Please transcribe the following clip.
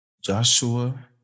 Joshua